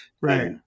Right